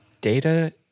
Data